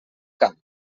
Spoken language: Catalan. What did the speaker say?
camp